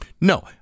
No